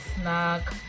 snack